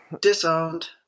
Disowned